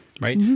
right